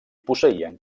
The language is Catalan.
posseïen